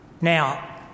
Now